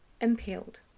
impaled